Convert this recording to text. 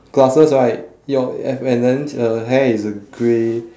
glasses right your and then her hair is uh grey